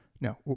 No